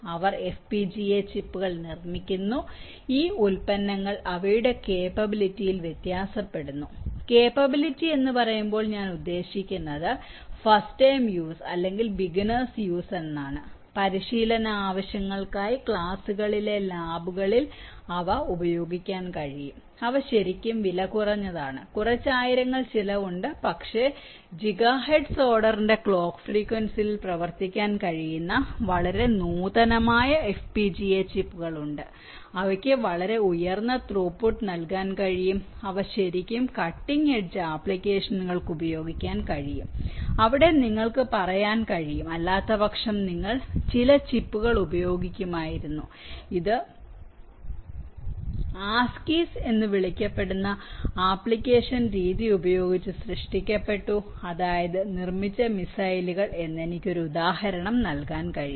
അവർ FPGA ചിപ്പുകൾ നിർമ്മിക്കുന്നു ഈ ഉൽപ്പന്നങ്ങൾ അവയുടെ കേപ്പബിലിറ്റിയിൽ വ്യത്യാസപ്പെടുന്നു കേപ്പബിലിറ്റി എന്ന് പറയുമ്പോൾ ഞാൻ ഉദ്ദേശിക്കുന്നത് ഫസ്റ്റ് ടൈം യൂസ് അല്ലെങ്കിൽ ബിഗിന്നേഴ്സ് യൂസ് എന്നാണ് പരിശീലന ആവശ്യങ്ങൾക്കായി ക്ലാസുകളിലെ ലാബുകളിൽ അവ ഉപയോഗിക്കാൻ കഴിയും അവ ശരിക്കും വിലകുറഞ്ഞതാണ് കുറച്ചു ആയിരങ്ങൾ ചിലവ് ഉണ്ട് പക്ഷേ ജിഗാ ഹെർട്സ് ഓർഡറിന്റെ ക്ലോക്ക് ഫ്രീക്വൻസികളിൽ പ്രവർത്തിക്കാൻ കഴിയുന്ന വളരെ നൂതനമായ FPGA ചിപ്പുകൾ ഉണ്ട് അവർക്ക് വളരെ ഉയർന്ന ത്രൂപുട്ട് നൽകാൻ കഴിയും അവ ശരിക്കും കട്ടിംഗ് എഡ്ജ് ആപ്ലിക്കേഷനുകൾക്ക് ഉപയോഗിക്കാൻ കഴിയും അവിടെ നിങ്ങൾക്ക് പറയാൻ കഴിയും അല്ലാത്തപക്ഷം നിങ്ങൾ ചില ചിപ്പുകൾ ഉപയോഗിക്കുമായിരുന്നു ഇത് ASICs എന്ന് വിളിക്കപ്പെടുന്ന ആപ്ലിക്കേഷൻ നിർദ്ദിഷ്ട രീതി ഉപയോഗിച്ച് സൃഷ്ടിക്കപ്പെട്ടു അതായത് നിർമ്മിച്ച മിസൈലുകൾ എന്ന് എനിക്ക് ഒരു ഉദാഹരണം നൽകാൻ കഴിയും